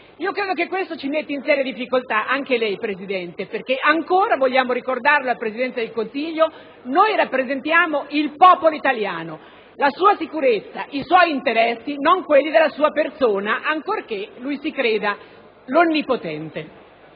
personale. Questo mette in seria difficoltà noi e anche lei, Presidente, perché - vogliamo ricordarlo al Presidente del Consiglio - ancora rappresentiamo il popolo italiano, la sua sicurezza, i suoi interessi e non quelli della Sua persona, ancorché lui si creda l'onnipotente.